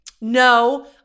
no